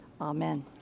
Amen